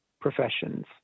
professions